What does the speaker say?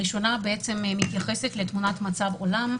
הראשונה מתייחסת לתמונת המצב בעולם,